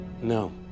No